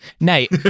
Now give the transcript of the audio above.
Nate